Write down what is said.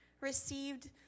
received